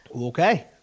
Okay